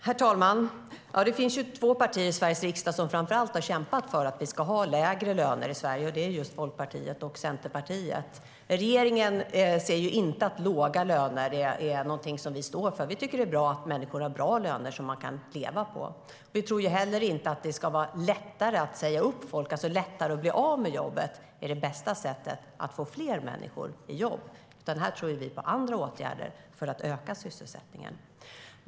Herr talman! Det finns två partier i Sveriges riksdag som har kämpat för lägre löner i Sverige, och det är just Folkpartiet och Centerpartiet. Regeringen står inte för låga löner. Vi tycker att det är bra att människor har bra löner som de kan leva på. Vi tycker inte heller att detta att det ska vara lättare att säga upp folk - lättare att bli av med jobbet - är det bästa sättet att få fler människor i jobb. Här tror vi på andra åtgärder för att öka sysselsättningen.